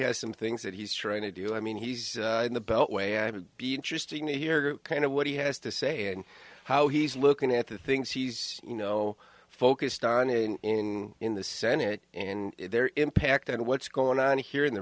has some things that he's trying to do i mean he's in the beltway i would be interesting to hear true kind of what he has to say and how he's looking at the things he's you know focused on in the senate and their impact and what's going on here in the